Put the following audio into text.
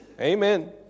Amen